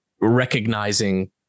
recognizing